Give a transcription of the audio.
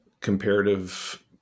comparative